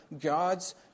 God's